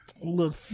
Look